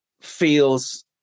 feels